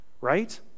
right